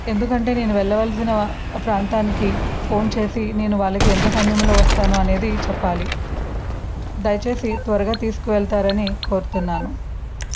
ఎందుకంటే నేను వెళ్ళవలసిన ప్రాంతానికి ఫోన్ చేసి నేను వాళ్లకి ఎంత సమయంలో వస్తాను అనేది చెప్పాలి దయచేసి త్వరగా తీసుకువెళ్తారని కోరుతున్నాను